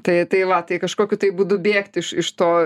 tai tai va tai kažkokiu tai būdu bėgti iš iš to